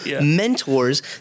mentors